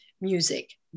music